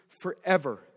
forever